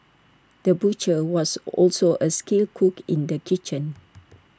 the butcher was also A skilled cook in the kitchen